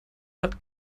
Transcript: hat